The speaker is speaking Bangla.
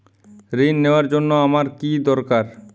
ঋণ নেওয়ার জন্য আমার কী দরকার?